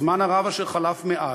הזמן הרב אשר חלף מאז,